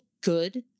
good